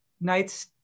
nights